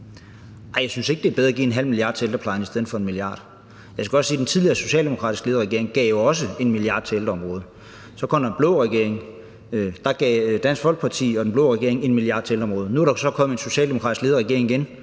det er bedre at give 0,5 mia. kr. til ældreplejen i stedet for 1 mia. kr. Altså, jeg kan sige, at den tidligere socialdemokratisk ledede regering jo også gav 1 mia. kr. til ældreområdet, og så kom der en blå regering, og der gav Dansk Folkeparti og den blå regering 1 mia. kr. til ældreområdet. Nu er der så kommet en socialdemokratisk ledet regering igen,